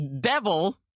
devil